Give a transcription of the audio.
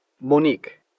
Monique